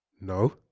No